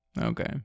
Okay